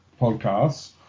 podcasts